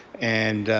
and